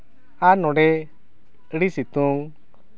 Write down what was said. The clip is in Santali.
ᱟᱨ ᱟᱹᱰᱤ ᱥᱤᱛᱩᱝ